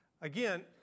Again